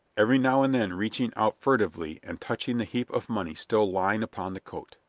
every now and then reaching out furtively and touching the heap of money still lying upon the coat.